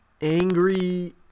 angry